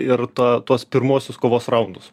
ir tą tuos pirmuosius kovos raundus